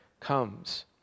comes